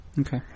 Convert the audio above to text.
Okay